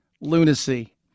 lunacy